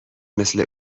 مثل